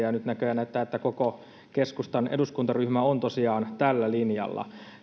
ja nyt näköjään näyttää siltä että koko keskustan eduskuntaryhmä on tosiaan tällä linjalla